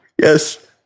Yes